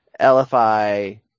lfi